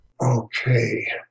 Okay